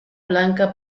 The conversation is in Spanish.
blanca